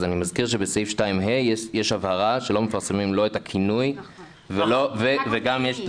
אני מזכיר שבסעיף 2(ה) יש הבהרה שלא מפרסמים לא את הכינוי וגם יש את